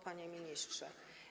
Panie Ministrze!